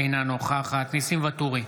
אינה נוכחת ניסים ואטורי,